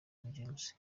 james